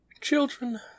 CHILDREN